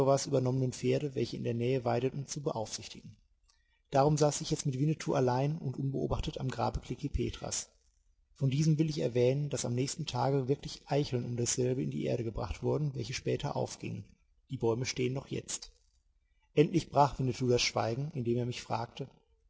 kiowas überkommenen pferde welche in der nähe weideten zu beaufsichtigen darum saß ich jetzt mit winnetou allein und unbeobachtet am grabe klekih petras von diesem will ich erwähnen daß am nächsten tage wirklich eicheln um dasselbe in die erde gebracht wurden welche später aufgingen die bäume stehen noch jetzt endlich brach winnetou das schweigen indem er mich fragte